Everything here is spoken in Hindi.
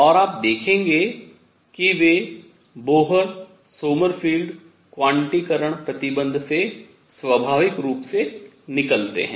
और आप देखेंगे कि वे बोहर सोमरफेल्ड क्वांटीकरण प्रतिबन्ध से स्वाभाविक रूप से निकलते हैं